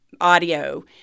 audio